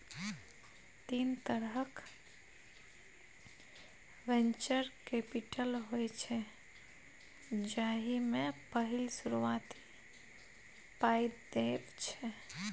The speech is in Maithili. तीन तरहक वेंचर कैपिटल होइ छै जाहि मे पहिल शुरुआती पाइ देब छै